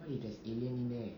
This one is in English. what if there's alien in there